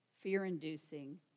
fear-inducing